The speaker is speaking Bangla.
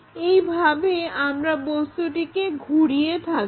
এইভাবে আমরা বস্তুটিকে ঘুরিয়ে থাকি